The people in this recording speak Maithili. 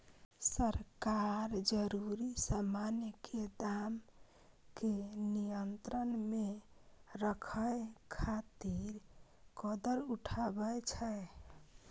सरकार जरूरी सामान के दाम कें नियंत्रण मे राखै खातिर कदम उठाबै छै